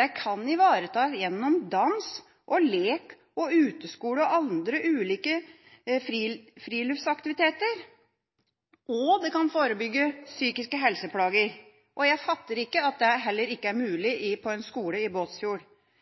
Det kan ivaretas gjennom dans, lek, uteskole og andre ulike friluftsaktiviteter, og det kan forebygge psykiske helseplager. Jeg fatter ikke at det ikke er mulig på en skole i Båtsfjord.